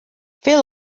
phil